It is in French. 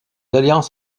alliances